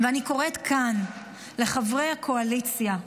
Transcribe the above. ואני קוראת כאן לחברי הקואליציה: